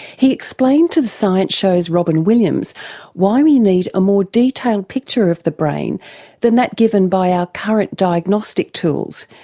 he explained to the science show's robyn williams why we need a more detailed picture of the brain than that given by our current diagnostic tools,